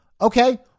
Okay